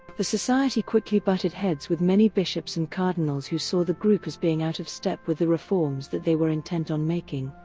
the society quickly butted heads with many bishops and cardinals who saw the group as being out-of-step with the reforms that they were intent on making.